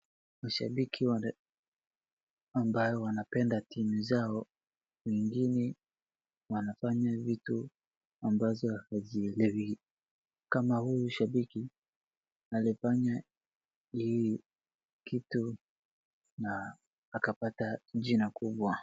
Mashabiki ambao wanapenda timu zao, wengine wanafanya vitu ambazo hazieleweki kama huyu shabiki alifanya hii kitu na akapata jina kubwa.